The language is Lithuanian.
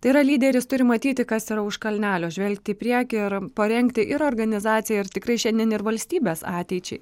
tai yra lyderis turi matyti kas yra už kalnelio žvelgti į priekį ir parengti ir organizacijai ir tikrai šiandien ir valstybės ateičiai